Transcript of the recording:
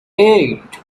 eight